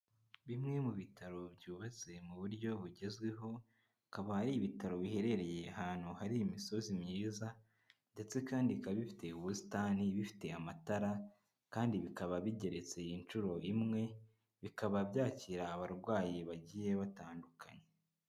Bimwe mu bitaro byubatse mu buryo bugezweho, akaba ari ibitaro biherereye ahantu hari imisozi myiza ndetse kandi bikaba bifite ubusitani, bifite amatara kandi bikaba bigeretse inshuro imwe, bikaba byakira abarwayi bagiye batandukanye.